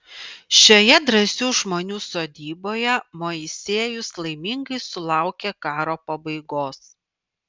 šioje drąsių žmonių sodyboje moisiejus laimingai sulaukė karo pabaigos